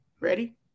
Ready